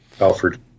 Alfred